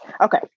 okay